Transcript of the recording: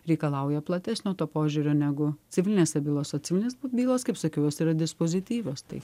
reikalauja platesnio požiūrio negu civilinės bylos o civilinės bylos kaip sakiau jos yra dispozityvios tai